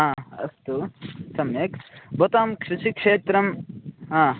अ अस्तु सम्यक् भवतां कृषिक्षेत्रं हा